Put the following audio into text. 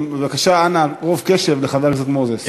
אנא, רוב קשב לחבר הכנסת מוזס.